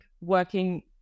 working